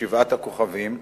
"שבעת הכוכבים",